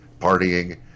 partying